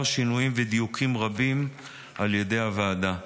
שינויים ודיוקים רבים על ידי הוועדה.